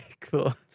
cool